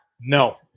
No